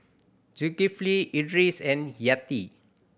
Zulkifli Idris and Yati